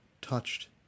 touched